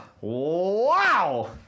wow